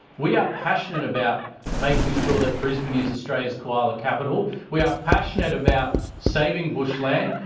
we are passionate about making sure that brisbane is australia's koala capital. we are passionate about saving bushland.